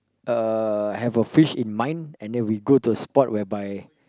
uh have a fish in mind and then we go to a spot whereby